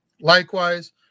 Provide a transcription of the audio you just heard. Likewise